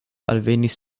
alvenis